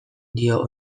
dio